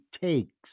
takes